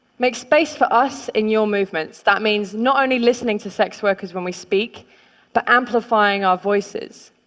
make space for us in your movements. that means not only listening to sex workers when we speak but amplifying our voices.